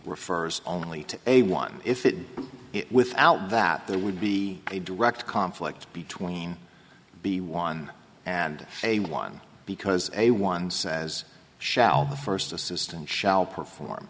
refers only to a one if it without that there would be a direct conflict between be one and a one because a one says shall the first assistant shall perform